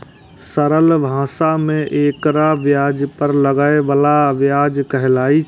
सरल भाषा मे एकरा ब्याज पर लागै बला ब्याज कहल छै